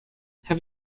have